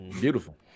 Beautiful